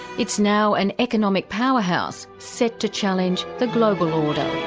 it's now an economic powerhouse set to challenge the global order.